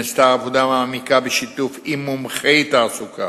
נעשתה עבודה מעמיקה בשיתוף עם מומחי תעסוקה